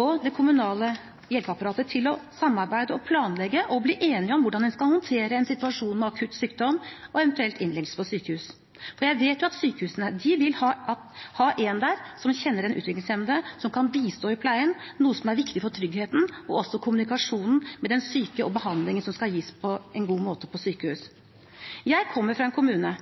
og det kommunale hjelpeapparatet til å samarbeide, planlegge og bli enige om hvordan en skal håndtere en situasjon med akutt sykdom og eventuell innleggelse på sykehus – for jeg vet jo at sykehusene vil ha noen der som kjenner den utviklingshemmede, og som kan bistå i pleien, noe som er viktig for tryggheten og også for kommunikasjonen med den syke og for at behandlingen skal gis på en god måte på sykehus. Jeg kommer fra en kommune